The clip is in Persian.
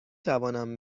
توانم